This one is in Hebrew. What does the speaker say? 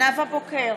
נאוה בוקר,